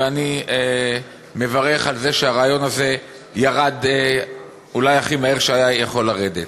ואני מברך על כך שהרעיון הזה ירד הכי מהר שהיה יכול לרדת.